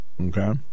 Okay